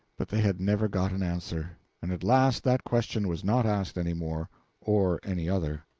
but they had never got an answer and at last that question was not asked any more or any other.